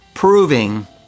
proving